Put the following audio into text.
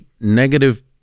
negative